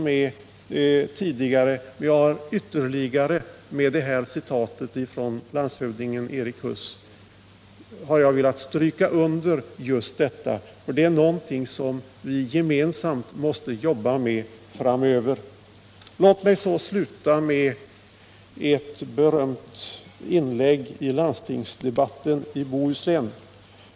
De har visserligen diskuterats, men jag har med det här citatet från landshövding Erik Huss anförande ytterligare velat stryka under just detta, eftersom det är något som vi gemensamt måste jobba med framöver. Låt mig så sluta med ett annat berömt inlägg i landstingsdebatten i Bohuslän.